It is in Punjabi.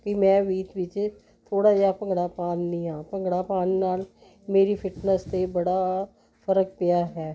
ਕਿ ਮੈਂ ਵੀ ਵਿੱਚ ਥੋੜ੍ਹਾ ਜਿਹਾ ਭੰਗੜਾ ਪਾ ਆਉਂਦੀ ਆਹਾਂ ਭੰਗੜਾ ਪਾਉਣ ਨਾਲ ਮੇਰੀ ਫਿਟਨੈਸ 'ਤੇ ਬੜਾ ਫ਼ਰਕ ਪਿਆ ਹੈ